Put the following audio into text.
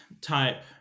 type